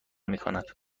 میکند